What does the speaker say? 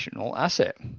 asset